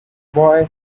boy